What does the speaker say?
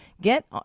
get